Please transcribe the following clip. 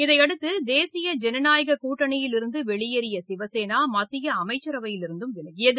இதனையடுத்து தேசிய ஜனநாயக கூட்டணியிலிருந்து வெளியேறிய சிவசேனா மத்திய அமைச்சரவையிலிருந்தும் விலகியது